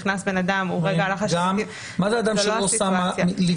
נכנס בן אדם --- מה זה אדם שלא שם לבדוק?